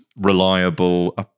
reliable